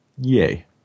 Yay